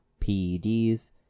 PEDs